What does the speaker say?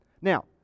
Now